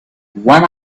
one